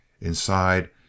Inside